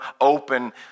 open